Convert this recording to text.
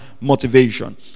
motivation